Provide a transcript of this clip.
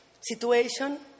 situation